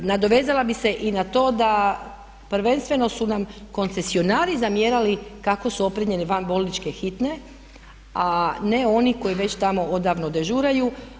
Nadovezala bih se i na to da prvenstveno su nam koncesionari zamjerali kako su opremljene vanbolničke hitne, a ne oni koji već tamo odavno dežuraju.